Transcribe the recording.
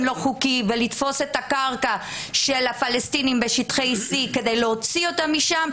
לא חוקי ולתפוס את הקרקע של הפלסטינים בשטחי C כדי להוציא אותם משם,